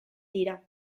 dira